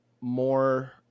more